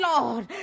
Lord